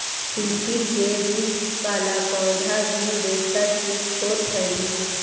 तिस्सी के बीज वाला पौधा भी रेशा के स्रोत हई